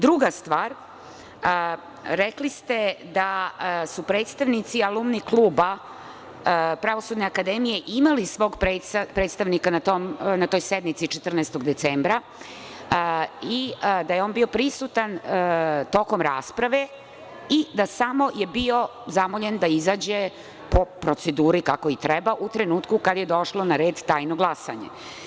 Druga stvar, rekli ste da su predstavnici Alumni kluba Pravosudne akademije imali svog predstavnika na toj sednici 14. decembra i da je on bio prisutan tokom rasprave i samo je bio zamoljen da izađe po proceduri, kako i treba, u trenutku kada je došlo na red tajno glasanje.